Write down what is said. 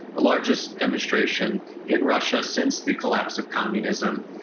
the largest demonstration in russia since the collapse of communism.